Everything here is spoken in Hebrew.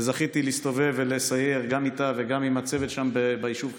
וזכיתי להסתובב ולסייר גם איתה וגם עם הצוות שם ביישוב בחברון.